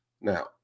now